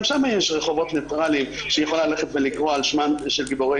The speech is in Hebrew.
שם יש רחובות ניטרליים שהיא יכולה לקרוא על שם גיבורי